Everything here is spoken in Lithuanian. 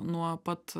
nuo pat